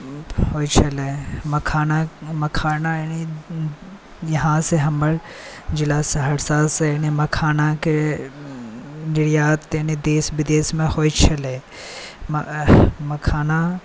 होइत छलै मखाना यहाँसँ हमर जिला सहरसासँ मखानाके निर्यात पहिने देश विदेशमे होइत छलै मखाना